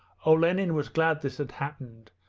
olenin was glad this had happened,